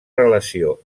relació